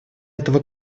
этого